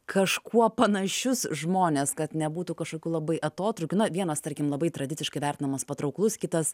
kažkuo panašius žmones kad nebūtų kažkokių labai atotrūkių na vienas tarkim labai tradiciškai vertinamas patrauklus kitas